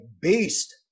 beast